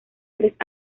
tres